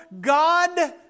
God